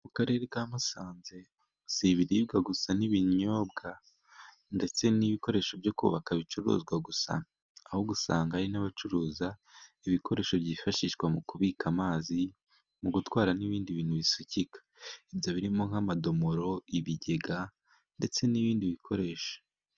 Mu karere ka Musanze si ibiribwa gusa n'ibinyobwa ndetse n'ibikoresho byo kubaka bicuruzwa gusa, ahubwo usanga hari n'abacuruza ibikoresho byifashishwa mu kubika amazi, mu gutwara n'ibindi bintu bisukika. Ibyo birimo nk'amadomoro, ibigega ndetse n'ibindi bikoresho.